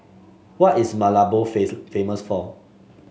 what is Malabo famous for